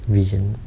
vision